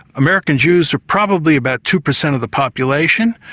american jews are probably about two per cent of the population,